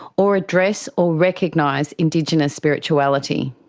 or address or recognise indigenous spirituality.